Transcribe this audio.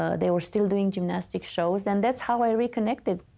ah they were still doing gymnastic shows and that's how i reconnected.